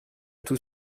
tout